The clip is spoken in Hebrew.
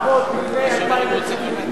אם הם התחילו לעבוד לפני 1995, כן.